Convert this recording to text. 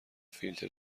فیلتر